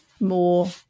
more